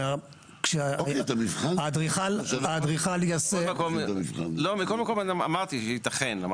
האדריכל יעשה --- מכל מקום אמרתי שייתכן.